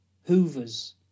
Hoovers